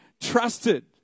trusted